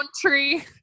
tree